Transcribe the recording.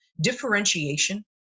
differentiation